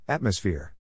Atmosphere